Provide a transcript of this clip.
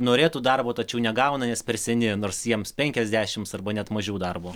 norėtų darbo tačiau negauna nes per seni nors jiems penkiasdešimt arba net mažiau darbo